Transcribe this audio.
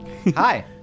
Hi